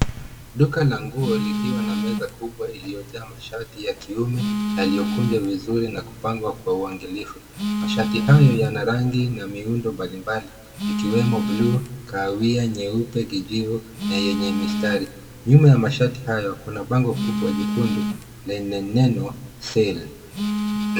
Duka la nguo likiwa na meza kubwa iliyojaa mashati ya kiume, yaliyokunjwa vizuri na kupangwa kwa uangalifu. Mashati hayo yana rangi na miundo mbalimbali ikiwemo buluu, kahawia, nyeupe, kijivu na yenye mistari. Nyuma ya mashati hayo kuna bango kubwa nyekundu lenye neno cs[sale]cs.